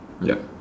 yup